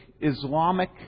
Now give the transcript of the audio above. Islamic